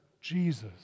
Jesus